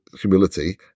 humility